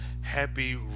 happy